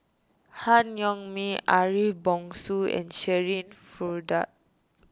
Han Yong May Ariff Bongso and Shirin Fozdar